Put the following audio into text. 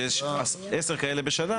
שיש עשר כאלה בשנה,